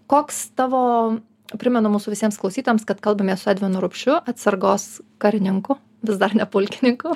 koks tavo primenu mūsų visiems klausytojams kad kalbamės su edvinu rupšiu atsargos karininku vis dar ne pulkininku